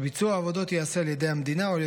שביצוע העבודות ייעשה על ידי המדינה או על